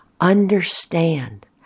understand